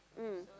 mm